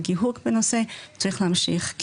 צריך להמשיך,